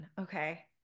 okay